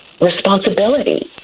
responsibility